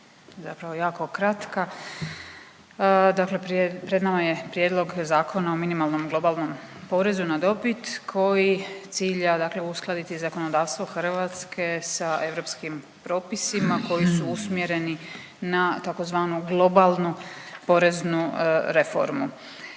zapravo jako kratka, dakle pred nama je Prijedlog zakona o minimalnom globalnom porezu na dobit koji cilja uskladiti zakonodavstvo Hrvatske sa europskim propisima koji su usmjereni na tzv. globalnu poreznu reformu.